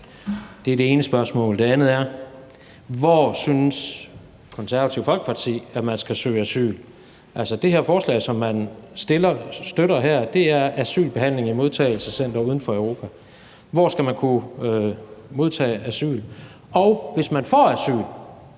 Det er det ene spørgsmål. Det andet er: Hvor synes Det Konservative Folkeparti at man skal søge asyl? Altså, det her forslag, som man støtter, er asylbehandling i modtagecentre uden for Europa. Hvor skal man kunne modtage asyl? Og hvis man får asyl: